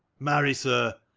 marry, sir,